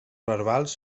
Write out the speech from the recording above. verbals